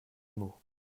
mot